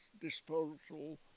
disposal